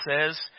says